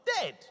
dead